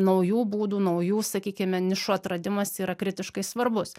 naujų būdų naujų sakykime nišų atradimas yra kritiškai svarbus